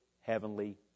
heavenly